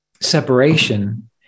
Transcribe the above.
separation